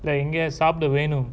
இங்கே சாப்பிட வேணும்:inge sapidavenum